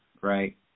right